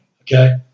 okay